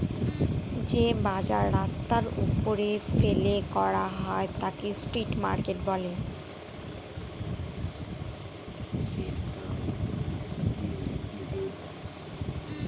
যে বাজার রাস্তার ওপরে ফেলে করা হয় তাকে স্ট্রিট মার্কেট বলে